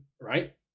right